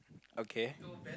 okay